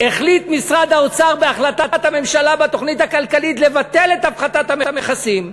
החליט משרד האוצר בהחלטת הממשלה בתוכנית הכלכלית לבטל את הפחתת המכסים.